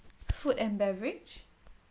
food and beverage